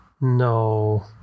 No